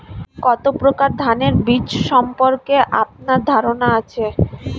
কত প্রকার ধানের বীজ সম্পর্কে আপনার ধারণা আছে?